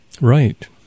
Right